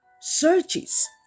searches